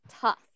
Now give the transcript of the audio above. tough